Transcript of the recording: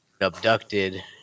abducted